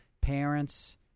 parents